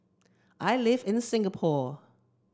I live in Singapore